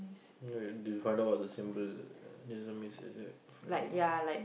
no they they run out of the symbol doesn't miss is it forever